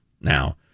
now